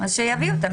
אז שיביאו את המסמך.